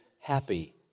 happy